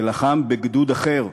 שלחם בגדוד אחר ברמת-הגולן,